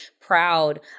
proud